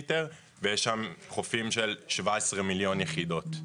ויש שם חופים של 17 מיליון יחידות,